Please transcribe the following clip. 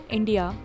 India